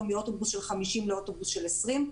מאוטובוס של 50 לאוטובוס של 20 נוסעים.